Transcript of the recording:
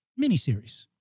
miniseries